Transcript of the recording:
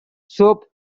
soap